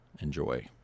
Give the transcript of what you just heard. Enjoy